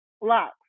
locks